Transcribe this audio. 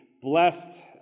blessed